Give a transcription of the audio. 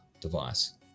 device